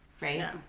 right